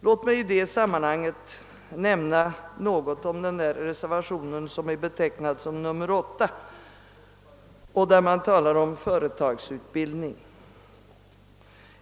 Låt mig i det sammanhanget nämna något om den reservation i statsutskottets utlåtande nr 98 som betecknats med nr 8 och där man talar om företagsutbildning.